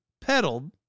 pedaled